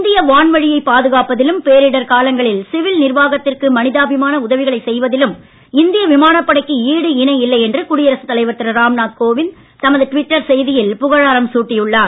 இந்திய வான்வழியை பாதுகாப்பதிலும் பேரிடர் காலங்களில் சிவில் நிர்வாகத்திற்கு மனிதாபிமான உதவிகளைச் செய்வதிலும் இந்திய விமானப்படைக்கு ஈடு இணையில்லை என்று குடியரசு தலைவர் திரு ராம்நாத் கோவிந்த் தமது டுவிட்டர் செய்தியில் புகழாரம் சூட்டி உள்ளார்